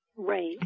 Right